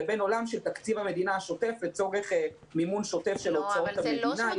לבין עולם של תקציב המדינה השוטף לצורך מימון שוטף של הוצאות המדינה.